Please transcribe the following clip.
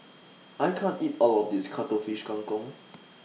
I can't eat All of This Cuttlefish Kang Kong